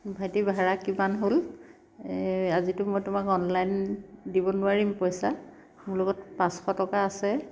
ভাইটি ভাড়া কিমান হ'ল আজিতো মই তোমাক অনলাইন দিব নোৱাৰিম পইচা মোৰ লগত পাঁচশ টকা আছে